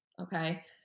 Okay